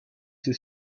sie